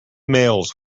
mails